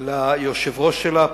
ליושב-ראש שלה,